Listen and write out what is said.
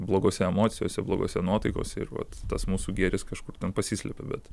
blogose emocijose blogose nuotaikose ir vat tas mūsų gėris kažkur ten pasislepia bet